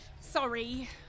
Sorry